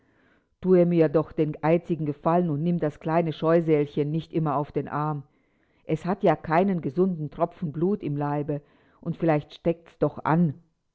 thue mir doch den einzigen gefallen und nimm das kleine scheusälchen nicht immer auf den arm es hat ja keinen gesunden tropfen blut im leibe und vielleicht steckt's doch an